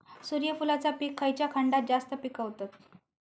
सूर्यफूलाचा पीक खयच्या खंडात जास्त पिकवतत?